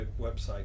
website